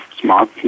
smart